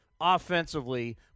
offensively